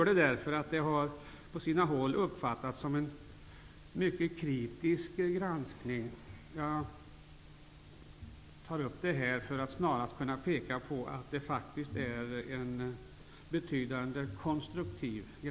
Denna granskning har på sina håll uppfattats som mycket kritisk, men jag vill framhålla att den snarast har varit mycket konstruktiv.